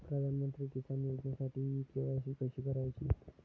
प्रधानमंत्री किसान योजनेसाठी इ के.वाय.सी कशी करायची?